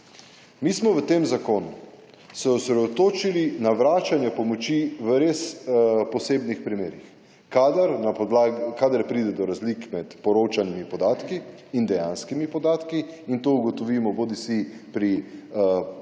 Mi smo v tem zakonu se osredotočili na vračanje pomoči v res posebnih primerih. Kadar pride do razlik med poročanimi podatki in dejanskimi podatki in to ugotovimo, bodisi pri 100